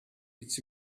its